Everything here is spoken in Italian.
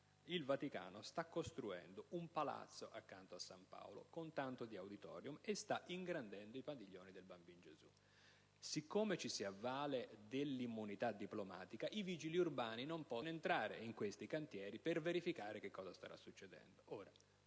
il Vaticano sta costruendo un palazzo accanto a San Paolo, con tanto di *auditorium*, e sta ingrandendo i padiglioni dell'ospedale «Bambino Gesù». Siccome ci si avvale dell'immunità diplomatica, i vigili urbani non possono entrare nei cantieri per verificare cosa stia succedendo.